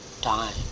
time